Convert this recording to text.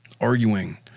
arguing